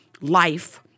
life